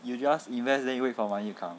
you just invest then you wait for money to come